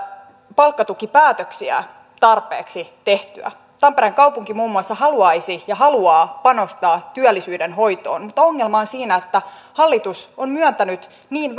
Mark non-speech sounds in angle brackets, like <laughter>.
palkkatukipäätöksiä tarpeeksi tehtyä tampereen kaupunki muun muassa haluaisi ja haluaa panostaa työllisyyden hoitoon mutta ongelma on siinä että hallitus on myöntänyt niin <unintelligible>